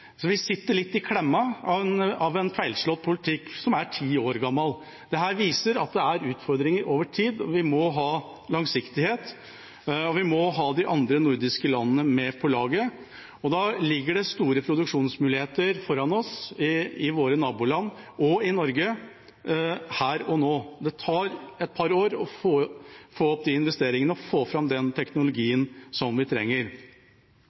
Så vi sitter litt i klemma på grunn av en feilslått politikk som er ti år gammel. Dette viser at det er utfordringer over tid. Vi må ha langsiktighet, og vi må ha de andre nordiske landene med på laget. Det ligger store produksjonsmuligheter foran oss i våre naboland og i Norge, her og nå. Det tar et par år å få opp disse investeringene og få fram den teknologien som vi trenger.